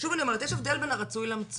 שוב אני אומרת, יש הבדל בין הרצוי למצוי.